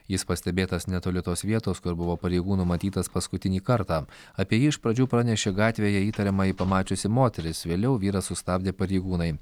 jis pastebėtas netoli tos vietos kur buvo pareigūnų matytas paskutinį kartą apie jį iš pradžių pranešė gatvėje įtariamąjį pamačiusi moteris vėliau vyrą sustabdė pareigūnai